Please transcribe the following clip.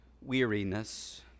weariness